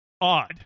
Odd